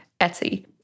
Etsy